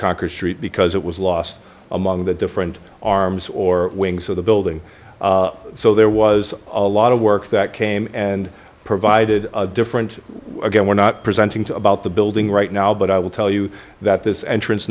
concord street because it was lost among the different arms or wings of the building so there was a lot of work that came and provided different again we're not presenting to about the building right now but i will tell you that this entrance